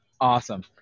Awesome